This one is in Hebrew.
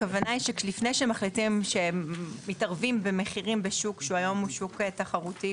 הכוונה היא שלפני שמחליטים שמתערבים במחירים בשוק שהיום הוא שוק תחרותי